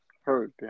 hurt